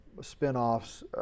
spin-offs